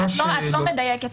את לא מדייקת.